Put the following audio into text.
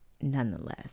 nonetheless